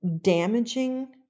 damaging